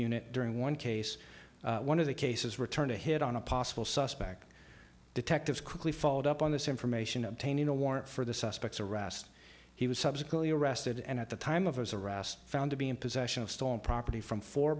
unit during one case one of the cases returned a hit on a possible suspect detectives quickly followed up on this information obtaining a warrant for the suspects arrest he was subsequently arrested and at the time of his arrest found to be in possession of stolen property from fo